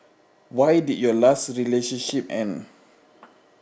why did your last relationship end